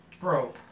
bro